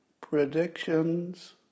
predictions